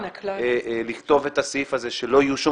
שהתעקשה לכתוב את הסעיף הזה שלא יהיו שום